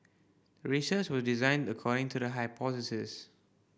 research was designed according to the hypothesis